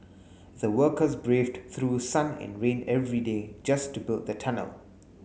the workers braved through sun and rain every day just to build the tunnel